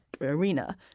arena